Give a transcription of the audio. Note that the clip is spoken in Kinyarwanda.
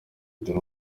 dore